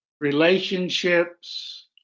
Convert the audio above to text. Relationships